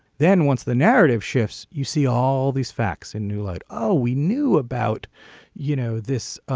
then once the narrative shifts you see all these facts in new light. oh we knew about you know this.